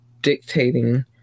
dictating